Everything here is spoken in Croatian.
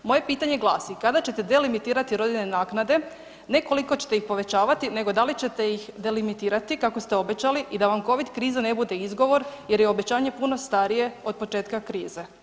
Moje pitanje glasi kada ćete delimitirati rodiljne naknade, ne koliko ćete ih povećavati nego da li ćete ih delimitirati kako ste obećali i da vam Covid kriza ne bude izgovor jer je obećanje puno starije od početka krize?